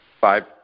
five